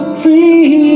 free